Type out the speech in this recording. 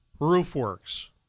Roofworks